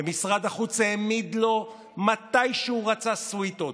ומשרד החוץ העמיד לו מתי שהוא רצה סוויטות.